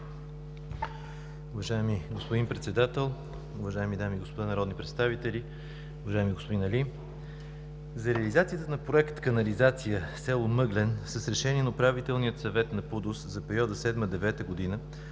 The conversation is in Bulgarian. Уважаеми господин Председател, уважаеми дами и господа народни представители! Уважаеми господин Али, за реализацията на Проект „Канализация – село Мъглен“ с Решение на Управителния съвет на ПУДООС за периода 2007